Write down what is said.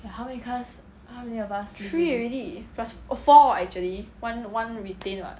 three already plus four actually one one retain [what]